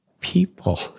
people